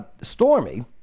Stormy